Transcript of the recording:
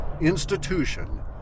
institution